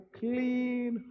clean